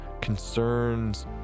concerns